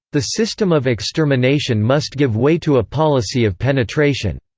the system of extermination must give way to a policy of penetration.